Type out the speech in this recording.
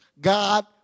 God